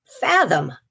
fathom